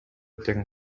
тең